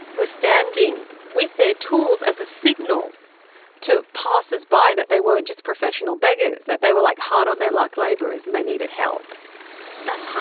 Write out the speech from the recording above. standing with their tools as a signal to passersby that they weren't just professional beggars, that they were, like, hard-on-their-luck laborers, and they needed help that's